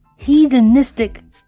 heathenistic